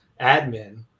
admin